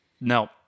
No